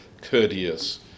courteous